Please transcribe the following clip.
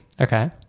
Okay